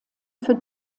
für